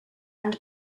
and